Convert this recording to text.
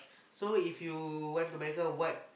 so if you want to buy a car what